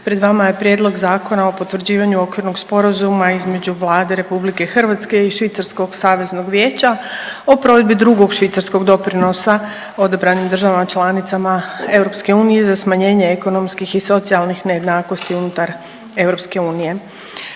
Konačni prijedlog Zakona o potvrđivanju Okvirnog sporazuma između Vlade Republike Hrvatske i Švicarskog saveznog vijeća o provedbi drugog Švicarskog doprinosa odabranim državama članicama Europske unije za smanjenje ekonomskih i socijalnih nejednakosti unutar